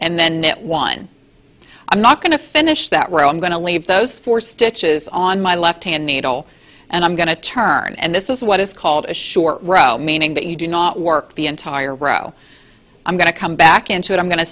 and then knit one i'm not going to finish that row i'm going to leave those four stitches on my left hand needle and i'm going to turn and this is what is called a short rope meaning that you do not work the entire row i'm going to come back into it i'm going to